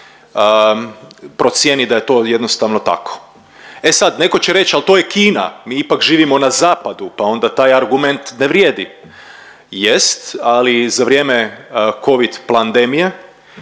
procijeni da je to jednostavno tako. E sad neko će reći ali to je Kina mi ipak živimo na zapadu pa onda taj argument ne vrijedi. Jest, ali za vrijeme Covid plandemije